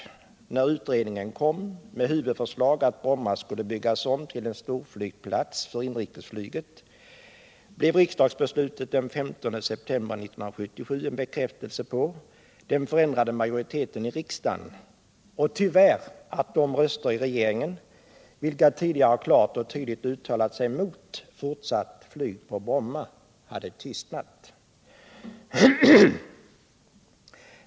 Efter utredningen —- med huvudförslag att Bromma skulle byggas om till en storflygpla:s för inrikesflyget — blev riksdagsbeslutet den 15 december 1977 en bekräftelse på den förändrade majoriteten i riksdagen och tyvärr på att de röster i regeringen vilka tidigare klart och tydligt uttalat sig mot fortsatt flyg på Bromma hade tystnat.